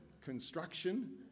construction